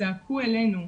זעקו אלינו.